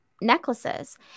necklaces